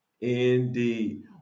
indeed